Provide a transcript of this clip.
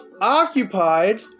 occupied